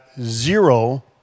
zero